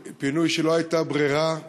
פינוי כשלא הייתה ברירה.